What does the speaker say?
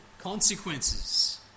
consequences